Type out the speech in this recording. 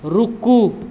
रुकू